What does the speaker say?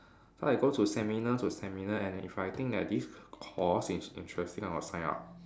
so I go to seminar to seminar and if I think that this course is interesting I will sign up